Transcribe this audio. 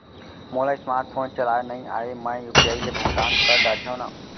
मोला smart phone चलाए नई आए मैं यू.पी.आई ले भुगतान कर डरिहंव न?